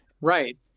right